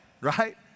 right